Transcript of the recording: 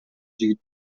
жигит